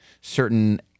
certain